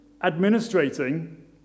administrating